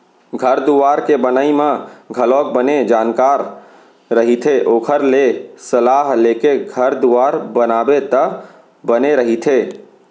घर दुवार के बनई म घलोक बने जानकार रहिथे ओखर ले सलाह लेके घर दुवार बनाबे त बने रहिथे